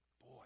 Boy